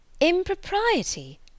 Impropriety